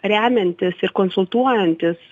remiantis ir konsultuojantis